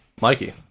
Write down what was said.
mikey